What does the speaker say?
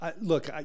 Look